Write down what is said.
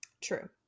true